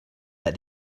that